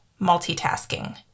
multitasking